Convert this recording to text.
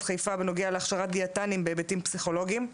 חיפה בנוגע להכשרת דיאטנים בהיבטים פסיכולוגים.